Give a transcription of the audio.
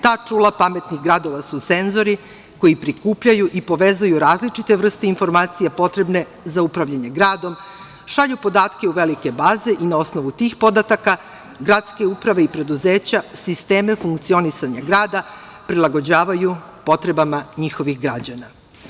Ta čula pametnih gradova su senzori koji prikupljaju i povezuju različite vrste informacija potrebne za upravljanje gradom, šalju podatke u velike baze i na osnovu tih podataka gradske uprave i preduzeća, sisteme funkcionisanja grada prilagođavaju potrebama njihovih građana.